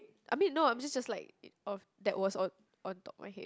I mean no I'm just just like it of that was on on top of my head